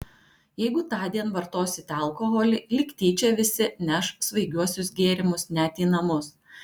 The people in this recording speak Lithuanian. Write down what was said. jeigu tądien vartosite alkoholį lyg tyčia visi neš svaigiuosius gėrimus net į namus